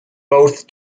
both